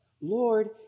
Lord